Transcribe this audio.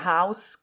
House